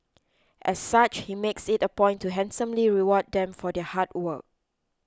as such he makes it a point to handsomely reward them for their hard work